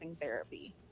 therapy